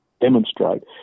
demonstrate